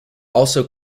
also